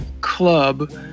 club